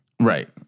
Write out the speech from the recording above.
Right